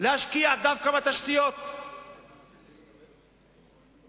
להעביר את התקציב לשנה וחצי ולא לארבע שנים, למשל?